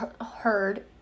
heard